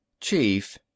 chief